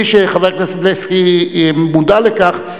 בלי שחבר הכנסת בילסקי מודע לכך,